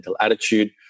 attitude